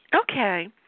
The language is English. Okay